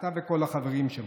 אתה וכל החברים שלך.